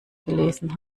gelesen